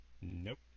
Nope